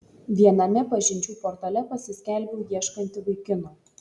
viename pažinčių portale pasiskelbiau ieškanti vaikino